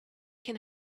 can